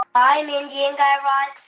hi, mindy and guy raz.